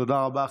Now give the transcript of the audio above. תודה רבה.